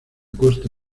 costa